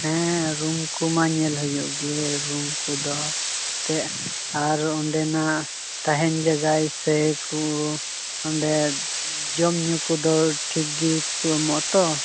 ᱦᱮᱸ ᱨᱩᱢ ᱠᱚᱢᱟ ᱧᱮᱞ ᱦᱩᱭᱩᱜ ᱜᱮ ᱨᱩᱢ ᱠᱚᱫᱚ ᱮᱱᱛᱮᱫ ᱟᱨ ᱚᱰᱮᱱᱟᱜ ᱛᱟᱦᱮᱱ ᱡᱟᱜᱟ ᱥᱮ ᱠᱚ ᱚᱸᱰᱮ ᱡᱚᱢᱼᱧᱩ ᱠᱚᱫᱚ ᱴᱷᱤᱠᱜᱮᱠᱚ ᱮᱢᱚᱜᱼᱟ ᱛᱚ